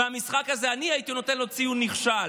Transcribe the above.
ולמשחק הזה אני הייתי נותן ציון נכשל,